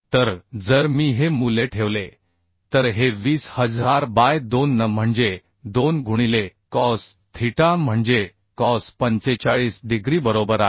तर जर मी हे मूल्य ठेवले तर हे 20000 बाय 2 N म्हणजे 2 गुणिले कॉस थीटा म्हणजे कॉस 45 डिग्री बरोबर आहे